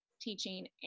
teaching